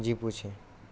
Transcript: جی پوچھیں